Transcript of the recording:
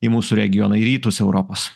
į mūsų regioną į rytus europos